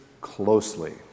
closely